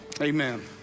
Amen